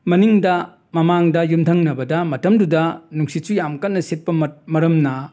ꯃꯅꯤꯡꯗ ꯃꯃꯥꯡꯗ ꯌꯨꯝꯊꯪꯅꯕꯗ ꯃꯇꯝꯗꯨꯗ ꯅꯨꯡꯁꯤꯠꯁꯨ ꯌꯥꯝ ꯀꯟꯅ ꯁꯤꯠꯄ ꯃꯠ ꯃꯔꯝꯅ